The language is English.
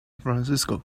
francisco